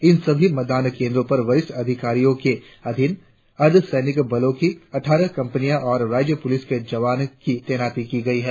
इन सभी मतदान केंद्रों पर वरिष्ठ अधिकारियों के अधीन अर्ध सैनिक बलों की अट्ठारह कंपनियां और राज्य पुलिस के जवान की तैनाती की गई है